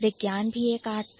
विज्ञान भी एक Art था